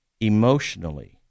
emotionally